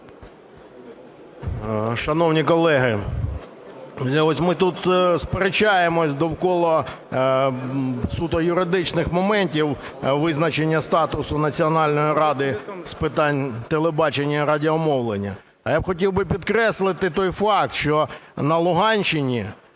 Шановні колеги, ось ми тут сперечаємося довкола суто юридичних моментів визначення статусу Національної ради з питань телебачення і радіомовлення. А я хотів би підкреслити той факт, що на Луганщині